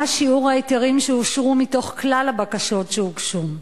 מהו שיעור ההיתרים שאושרו מתוך כלל הבקשות שהוגשו?